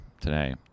today